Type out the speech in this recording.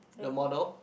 the model